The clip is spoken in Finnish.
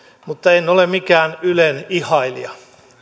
mutta en ole mikään ylen ihailija